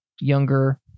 younger